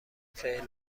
فعل